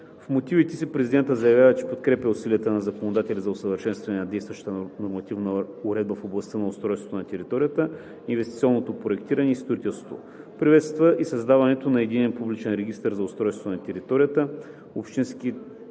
В мотивите си президентът заявява, че подкрепя усилията на законодателя за усъвършенстване на действащата нормативна уредба в областта на устройството на територията, инвестиционното проектиране и строителството. Приветства и създаването на Единен публичен регистър за устройство на територията, общински